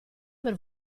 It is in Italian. per